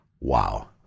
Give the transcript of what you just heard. Wow